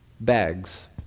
Bags